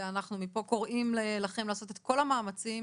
ואנחנו מפה קוראים לכם לעשות את כל המאמצים